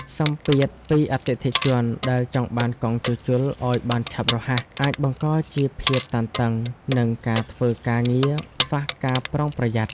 សម្ពាធពីអតិថិជនដែលចង់បានកង់ជួសជុលឱ្យបានឆាប់រហ័ស អាចបង្កជាភាពតានតឹង និងការធ្វើការងារខ្វះការប្រុងប្រយ័ត្ន។